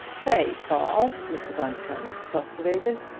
say, paul, mr. bundercombe expostulated,